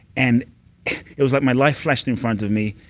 and it was like my life flashed in front of me.